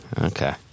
Okay